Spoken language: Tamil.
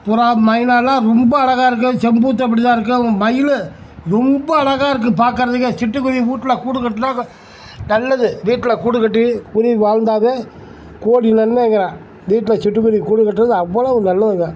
புறா மைனா எல்லாம் ரொம்ப அழகா இருக்கும் செம்பூத்தும் அப்படித்தான் இருக்கும் மயில் ரொம்ப அழகா இருக்கும் பார்க்குறதுக்கே சிட்டுக்குருவி வீட்ல கூடு கட்டினா நல்லது வீட்டில் கூடு கட்டி குருவி வாழ்ந்தாலே கோடி நன்மைங்கிறான் வீட்டில் சிட்டுக்குருவி கூடு கட்டுறது அவ்வளவு நல்லதுங்க